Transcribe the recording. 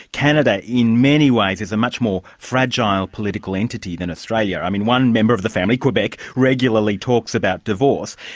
canada, in many ways, is a much more fragile political entity than australia. i mean, one member of the family, quebec, regularly talks about divorce.